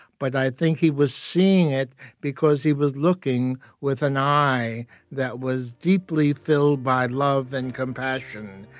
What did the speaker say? but i think he was seeing it because he was looking with an eye that was deeply filled by love and compassion,